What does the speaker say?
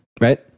Right